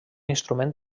instrument